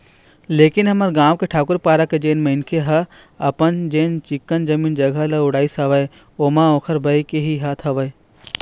लेकिन हमर गाँव के ठाकूर पारा के जेन मनखे ह अपन जेन चिक्कन जमीन जघा ल उड़ाइस हवय ओमा ओखर बाई के ही हाथ हवय